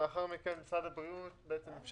לאחר מכן משרד הבריאות אפשר,